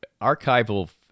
archival